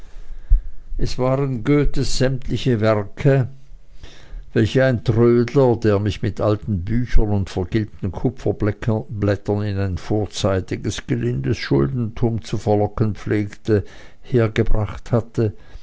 es waren goethes sämtliche werke welche ein trödler der mich mit alten büchern und vergilbten kupferblättern in ein vorzeitiges gelindes schuldentum zu verlocken pflegte hergebracht hatte